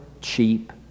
cheap